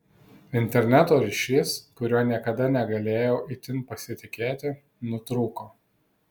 interneto ryšys kuriuo niekada negalėjau itin pasitikėti nutrūko